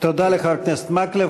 תודה לחבר הכנסת מקלב.